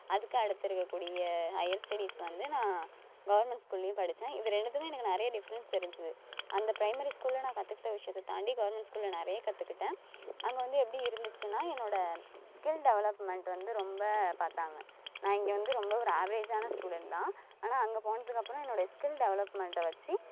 அதுக்கு அடுத்து இருக்கக்கூடிய ஹையர் ஸ்டடிஸ் வந்து நான் கவர்மெண்ட் ஸ்கூல்லேயும் படித்தேன் இது ரெண்டுத்துக்கும் எனக்கு நிறைய டிஃபரன்ஸ் தெரிஞ்சுது அந்த ப்ரைமரி ஸ்கூலில் நான் கற்றுக்கிட்ட விஷயத்த தாண்டி கவர்மெண்ட் ஸ்கூலில் நிறைய கற்றுக்கிட்டேன் அங்கே வந்து எப்படி இருந்துச்சுன்னால் என்னோடய ஸ்கில் டெவலப்மெண்ட் வந்து ரொம்ப பார்த்தாங்க நான் இங்கே வந்து ரொம்ப ஒரு ஆவ்ரேஜ்ஜான ஸ்டூடெண்ட் தான் ஆனால் அங்கே போனதுக்கு அப்புறம் என்னோடய ஸ்கில் டெவலப்மெண்ட்டை வச்சு